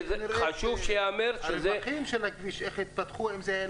חשוב שזה ייאמר שזה מופקע, זה לא